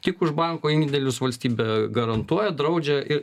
kiek už banko indėlius valstybė garantuoja draudžia i